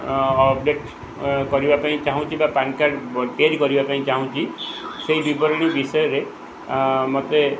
update କରିବା ପାଇଁ ଚାହୁଁଛି ବା ପାନ୍ କାର୍ଡ଼ ତିଆରି କରିବା ପାଇଁ ଚାହୁଁଛି ସେହି ବିବରଣୀ ବିଷୟରେ ମୋତେ